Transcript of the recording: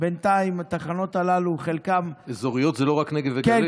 בינתיים התחנות הללו, אזוריות זה לא רק נגב וגליל.